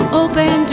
open